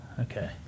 Okay